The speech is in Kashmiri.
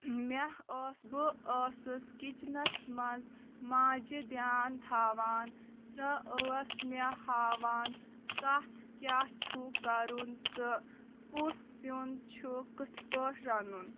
مےٚ ٲس بہٕ ٲسٕس کِچنَس منٛز ماجِہ دھیان تھاوان سۄ ٲس مےٚ ہاوان کَتھ کیا چھ کَرُن تہٕ کُس سِیُن چھ کِتھ پٲٹھۍ رَنُن